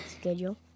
Schedule